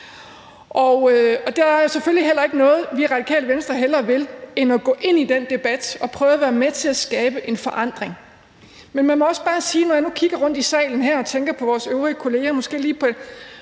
Der er selvfølgelig heller ikke noget, vi i Radikale Venstre hellere vil end at gå ind i den debat og prøve at være med til at skabe en forandring. Men jeg må også bare sige, at når jeg nu kigger rundt i salen her og tænker på vores øvrige kolleger måske lige på